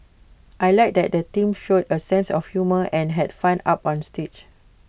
I Like that the teams showed A sense of humour and had fun up on stage